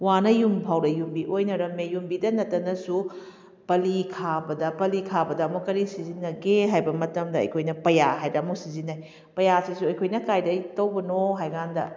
ꯋꯥꯅ ꯌꯨꯝ ꯐꯥꯎꯗ ꯌꯨꯝꯕꯤ ꯑꯣꯏꯅꯔꯝꯃꯦ ꯌꯨꯝꯕꯤꯗ ꯅꯠꯇꯅꯁꯨ ꯄꯥꯂꯤ ꯈꯥꯕꯗ ꯄꯥꯂꯤ ꯈꯥꯕꯗ ꯑꯃꯨꯛ ꯀꯔꯤ ꯁꯤꯖꯤꯟꯅꯒꯦ ꯍꯥꯏꯕ ꯃꯇꯝꯗ ꯑꯩꯈꯣꯏꯅ ꯄꯩꯋꯥ ꯍꯥꯏꯗꯅ ꯑꯃꯨꯛ ꯁꯤꯖꯤꯟꯅꯩ ꯄꯩꯋꯥꯁꯤꯁꯨ ꯑꯩꯈꯣꯏꯅ ꯀꯗꯥꯏꯗꯒꯤ ꯇꯧꯕꯅꯣ ꯍꯥꯏ ꯀꯥꯟꯗ